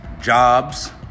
jobs